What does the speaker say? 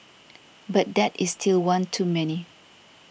but that is still one too many